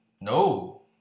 No